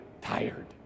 tired